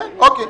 אוקיי.